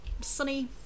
sunny